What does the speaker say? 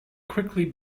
quickly